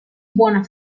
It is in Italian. buona